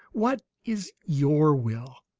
what is your will?